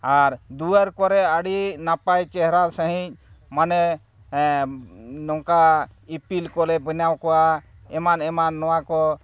ᱟᱨ ᱫᱩᱣᱟᱹᱨ ᱠᱚᱨᱮ ᱟᱹᱰᱤ ᱱᱟᱯᱟᱭ ᱪᱮᱦᱨᱟ ᱥᱟᱺᱦᱤᱡ ᱢᱟᱱᱮ ᱱᱚᱝᱠᱟ ᱤᱯᱤᱞ ᱠᱚᱞᱮ ᱵᱮᱱᱟᱣ ᱠᱚᱣᱟ ᱮᱢᱟᱱ ᱮᱢᱟᱱ ᱱᱚᱣᱟ ᱠᱚ